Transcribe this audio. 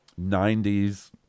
90s